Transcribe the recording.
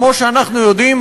כמו שאנחנו יודעים,